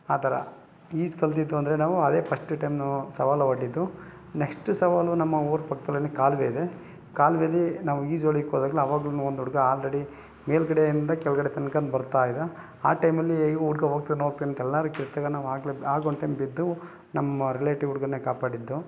ಆ ಥರ ಈಜು ಕಲಿತಿದ್ದು ಅಂದರೆ ನಾವು ಅದೇ ಫಸ್ಟ ಟೈಮ್ ನಾವು ಸವಾಲು ಒಡ್ಡಿದ್ದು ನೆಕ್ಸ್ಟ ಸವಾಲು ನಮ್ಮ ಊರ ಪಕ್ದಲ್ಲೇ ಕಾಲುವೆ ಇದೆ ಕಾಲುವೇಲಿ ನಾವು ಈಜು ಹೊಡಿಯಕ್ ಹೋದಾಗ್ಲು ಆವಾಗ್ಲು ಒಂದು ಹುಡ್ಗ ಆಲ್ರೆಡಿ ಮೇಲುಗಡೆಯಿಂದ ಕೆಳಗಡೆ ತನ್ಕ ಬರ್ತಾ ಇದ್ದ ಆ ಟೈಮಲ್ಲಿ ಈ ಹುಡ್ಗ ಹೋಗ್ತನ್ ಹೋಗ್ತನ್ ಅಂತೆಲ್ಲರೂ ಕಿರ್ಚಿದಾಗ ನಾವು ಆಗಲೇ ಆಗ ಒಂದು ಟೈಮ್ ಬಿದ್ದು ನಮ್ಮ ರಿಲೇಟಿವ್ ಹುಡ್ಗನ್ನೇ ಕಾಪಾಡಿದ್ದು